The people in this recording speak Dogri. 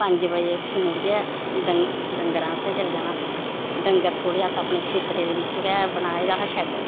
पंज बज़े फिर मुड़ियै डंग डंगरें आस्सै मुड़ियै बची जाना डंगर अस थोह्ड़ी अपने खेत्तरें दे बिच्च गै बनाए दा हा शैड्ड